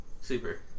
super